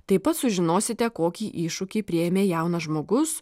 taip pat sužinosite kokį iššūkį priėmė jaunas žmogus